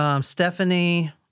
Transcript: Stephanie